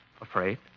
Afraid